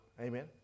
Amen